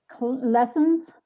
lessons